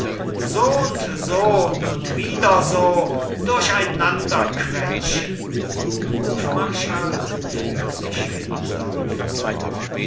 so und so und wieder so durcheinander quetschen hofmarschall für sich